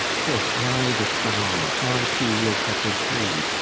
twas i that bound, i too will set her free.